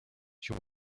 she